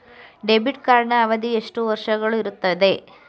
Debit ಕಾರ್ಡಿನ ಅವಧಿ ಎಷ್ಟು ವರ್ಷಗಳು ಇರುತ್ತದೆ?